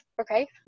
okay